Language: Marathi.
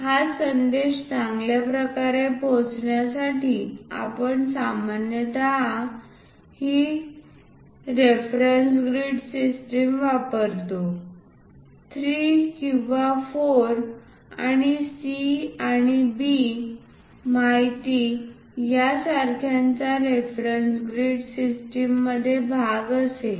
हा संदेश चांगल्याप्रकारे पोहोचविण्यासाठी आपण सामान्यत ही रेफरन्स ग्रीड सिस्टम वापरतो 3 किंवा 4 आणि C आणि B माहिती या सारख्यांचा रेफरन्स ग्रीड सिस्टम मध्ये भाग असेल